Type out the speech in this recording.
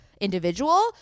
individual